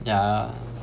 yeah